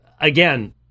Again